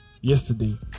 yesterday